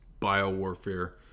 biowarfare